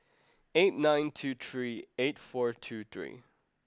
eight nine two three eight four two three